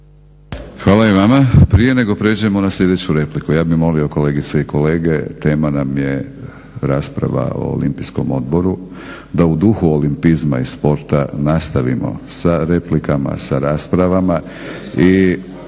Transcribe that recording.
Hvala i vama. Prije nego pređemo na sljedeću repliku, ja bih molio kolegice i kolege, tema nam je rasprava o Olimpijskom odboru da u duhu olimpizma i sporta nastavimo sa replikama, sa raspravama.